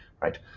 right